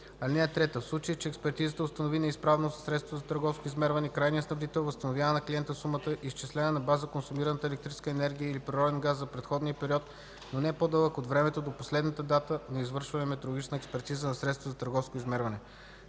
(3) В случай че експертизата установи неизправност на средството за търговско измерване, крайният снабдител възстановява на клиента сумата, изчислена на база консумираната електрическа енергия или природен газ за предходен период, но не по-дълъг от времето до последната дата на извършена метрологична експертиза на средството за търговско измерване.